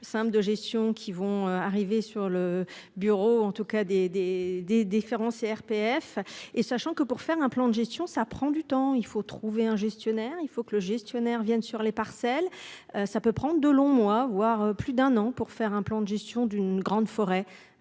plans. De gestion qui vont arriver sur le bureau. En tout cas des des des différents CRPF. Et sachant que pour faire un plan de gestion, ça prend du temps, il faut trouver un gestionnaire. Il faut que le gestionnaire viennent sur les parcelles. Ça peut prendre de longs mois, voire plus d'un an pour faire un plan de gestion d'une grande forêt.